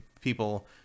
people